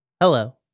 Hello